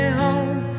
home